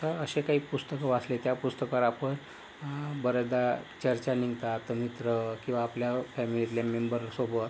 तर असे काही पुस्तकं वाचले त्या पुस्तकावर आपण बरेचदा चर्चा निघतात मित्र किंवा आपल्या फॅमिलीतल्या मेंबरसोबत